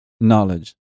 knowledge